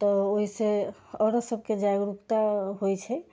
तऽ ओहि से औरत सबके जागरूकता होइत छै